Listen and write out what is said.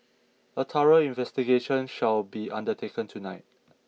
a thorough investigation shall be undertaken tonight